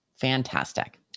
fantastic